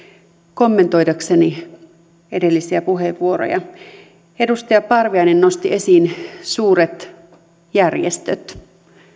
kommentoidakseni edellisiä puheenvuoroja edustaja parviainen nosti esiin suuret järjestöt